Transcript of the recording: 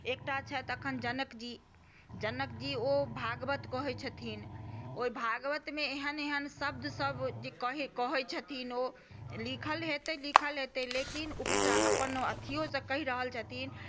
एकटा छथि अखन जनकजी जनकजी ओ भागवत कहै छथिन ओहि भागवतमे एहन एहन शब्द सभ जे कहै छथिन ओ लिखल हेतै लिखल हेतै लेकिन अपन एथियो से कहि रहल छथिन